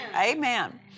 Amen